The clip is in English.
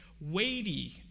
weighty